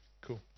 Cool